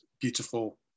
beautiful